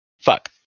Fuck